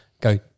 go